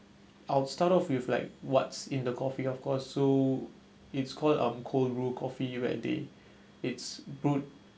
I'll start off with like what's in the coffee of course so it's called um cold brew coffee when they it's brewed